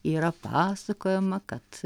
yra pasakojama kad